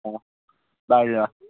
অ বাৰু অ